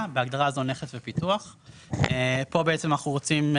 (בהגדרה זו נכס בפיתוח); פה בעצם אנחנו רוצים,